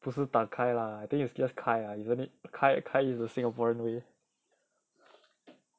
不是打开 lah I think it's just 开 ah isn't it 开 is the singaporean way